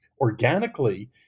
organically